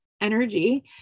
energy